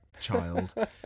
child